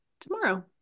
tomorrow